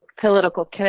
political